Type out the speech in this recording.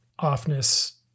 offness